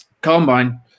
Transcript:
combine